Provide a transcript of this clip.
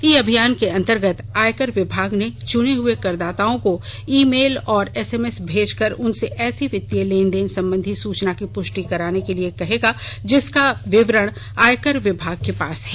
ई अभियान के अंतर्गत आयकर विभाग चुने हुए करदाताओं को ई मेल और एसएमएस भेजकर उनसे ऐसी वित्तीय लेन देन संबंधी सूचना को पुष्टि कराने के लिए कहेगा जिसका विवरण आयकर विभाग के पास है